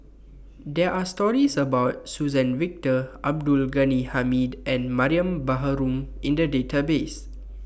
There Are stories about Suzann Victor Abdul Ghani Hamid and Mariam Baharom in The Database